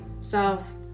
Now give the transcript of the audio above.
South